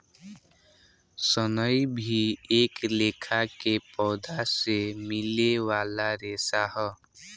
सनई भी एक लेखा के पौधा से मिले वाला रेशा ह